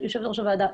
יושבת-ראש הוועדה,